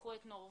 קחו את נורבגיה,